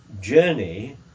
journey